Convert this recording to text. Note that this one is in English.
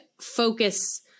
focus